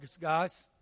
guys